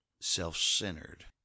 self-centered